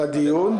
לדיון.